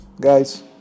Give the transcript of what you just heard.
guys